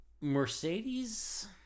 Mercedes